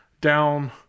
down